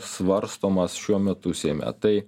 svarstomas šiuo metu seime tai